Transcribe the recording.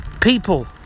People